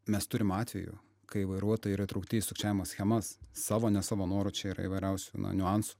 mes turim atvejų kai vairuotojai yra įtraukti į sukčiavimo schemas savo ne savo noru čia yra įvairiausių na niuansų